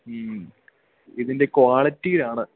മ്മ് ഇതിൻറ്റെ ക്വാളിറ്റീലാണ്